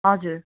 हजुर